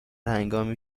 هنگامی